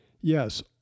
Yes